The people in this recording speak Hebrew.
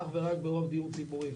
אך ורק ברוב דיור ציבורי,